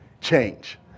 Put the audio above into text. change